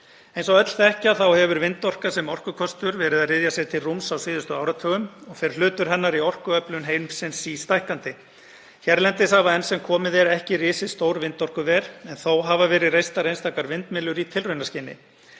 Eins og við öll þekkjum hefur vindorka sem orkukostur verið að ryðja sér til rúms á síðustu áratugum og fer hlutur hennar í orkuöflun heimsins sístækkandi. Hérlendis hafa enn sem komið er ekki risið stór vindorkuver en þó hafa verið reistar einstakar vindmyllur í tilraunaskyni.